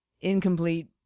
incomplete